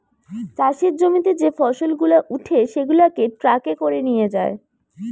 চাষের জমিতে যে ফসল গুলা উঠে সেগুলাকে ট্রাকে করে নিয়ে যায়